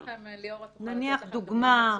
ליאורה תוכל לתת לכם דוגמה מצוינת.